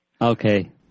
Okay